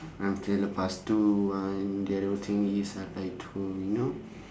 ah K lepas tu and the other thing is uh I like to you know